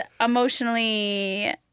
emotionally